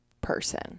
person